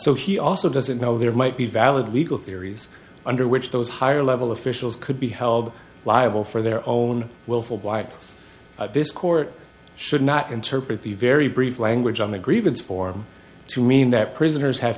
so he also doesn't know there might be valid legal theories under which those higher level officials could be held liable for their own willful blindness this court should not interpret the very brief language on the grievance form to mean that prisoners have